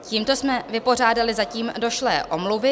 Tímto jsme vypořádali zatím došlé omluvy.